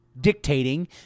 dictating